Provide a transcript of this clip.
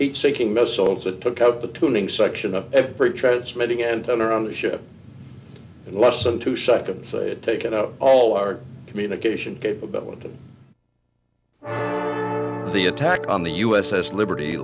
heat seeking missiles that took out the tuning section of every transmitting and turn around the ship less than two seconds take it out all our communication capability the attack on the u s s liberty